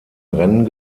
rennen